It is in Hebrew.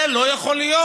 זה לא יכול להיות.